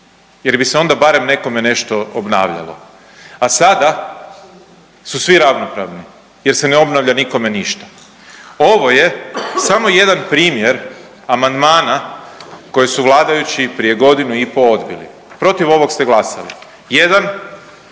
jer bi se onda barem nekome nešto obnavljalo, a sada su svi ravnopravni jer se ne obnavlja nikome ništa. Ovo je samo jedan primjer amandmana koji su vladajući prije godinu i po', protiv ovog ste glasali. Jedan